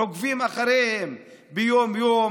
עוקבים אחריהם ביום-יום.